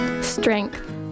Strength